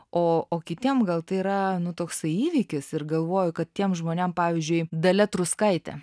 oo kitiem gal tai yra nu toksai įvykis ir galvoju kad tiem žmonėm pavyzdžiui dalia truskaitė